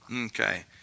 Okay